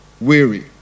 weary